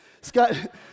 Scott